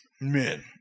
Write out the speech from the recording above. Men